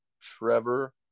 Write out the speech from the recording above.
Trevor